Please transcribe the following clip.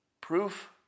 Proof